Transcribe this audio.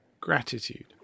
gratitude